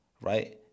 right